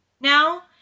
now